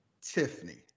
Tiffany